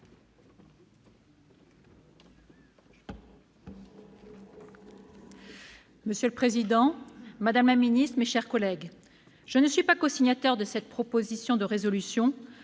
Monsieur le président, madame la ministre, mes chers collègues, je ne suis pas cosignataire de cette proposition de résolution.